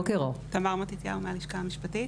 אני מהלשכה המשפטית.